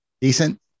decent